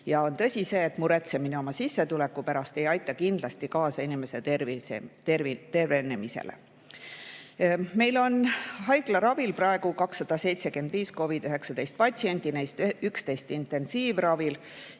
Ja on tõsi see, et muretsemine oma sissetuleku pärast ei aita kindlasti kaasa inimese tervenemisele. Meil on haiglaravil praegu 275 COVID-19 patsienti, neist 11 intensiivravil.